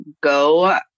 go